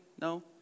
No